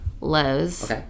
Lowe's